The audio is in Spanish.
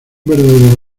verdadero